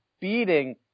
beating